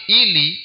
ili